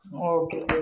Okay